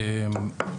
אוקיי.